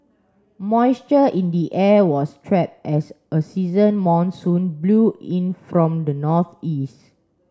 moisture in the air was trapped as a season monsoon blew in from the northeast